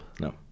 No